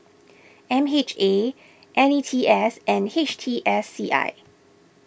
M H A N E T S and H T S C I